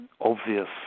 obvious